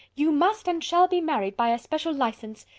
you must and shall be married by a special licence.